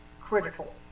critical